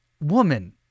Woman